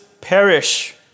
perish